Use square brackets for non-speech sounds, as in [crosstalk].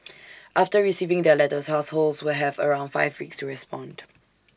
[noise] after receiving their letters households will have around five weeks to respond